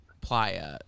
Playa